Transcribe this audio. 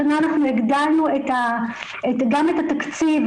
השנה הגדלנו גם את התקציב,